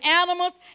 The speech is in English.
animals